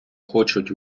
хочуть